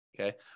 Okay